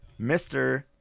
Mr